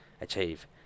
achieve